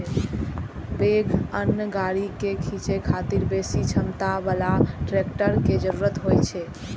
पैघ अन्न गाड़ी कें खींचै खातिर बेसी क्षमता बला ट्रैक्टर के जरूरत होइ छै